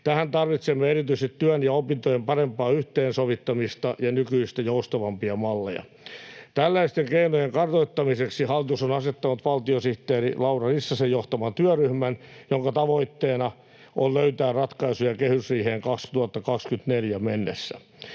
Tähän tarvitsemme erityisesti työn ja opintojen parempaa yhteensovittamista ja nykyistä joustavampia malleja. Tällaisten keinojen kartoittamiseksi hallitus on asettanut valtiosihteeri Laura Rissasen johtaman työryhmän, jonka tavoitteena on löytää ratkaisuja kehysriiheen 2024 mennessä.